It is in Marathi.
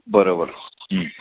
बरोबर